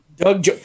Doug